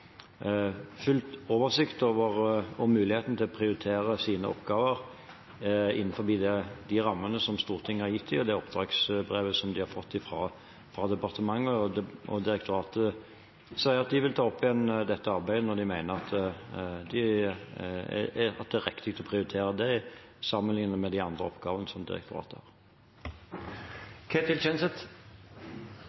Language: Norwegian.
oversikt over og mulighet til å prioritere sine oppgaver innenfor de rammene Stortinget har gitt dem, og det oppdragsbrevet de har fått fra departementet. Direktoratet sier at de vil ta dette arbeidet opp igjen når de mener at det er riktig å prioritere det sammenlignet med de andre oppgavene direktoratet har. Som representanten Grung stilte spørsmål om her nå, har